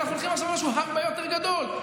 אנחנו הולכים לעשות משהו הרבה יותר גדול,